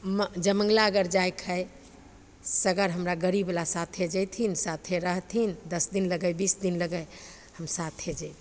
म जयमङ्गलागढ़ जाइके हइ सगरे हमरा गाड़ीवला साथे जएथिन साथे रहथिन दस दिन लागै बीस दिन लागै हम साथे जएबै